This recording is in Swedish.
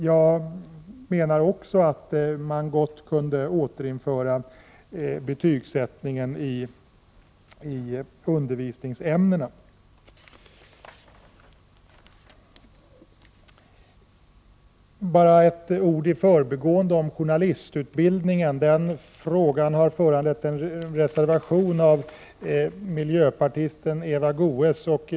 Jag menar också att man gott kunde återinföra betygsättningen i undervisningsämnena. Sedan några ord i förbigående om journalistutbildningen. Den här frågan har föranlett miljöpartisten Eva Goéös att framställa en reservation.